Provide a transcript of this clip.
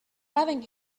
having